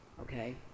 okay